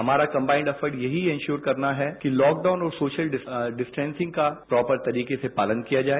हमारा combined effort यही ensure करना है कि लॉकडाउन और सोशल डिस्टेंसिंग का प्रॉपर तरीके से पालन किया जाय